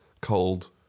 cold